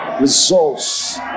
Results